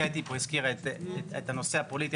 קטי פה הזכירה את הנושא הפוליטי,